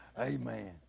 Amen